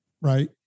right